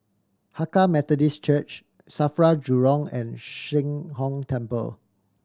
Hakka Methodist Church SAFRA Jurong and Sheng Hong Temple